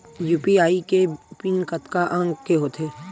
UPI के PIN कतका अंक के होथे?